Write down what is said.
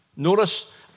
Notice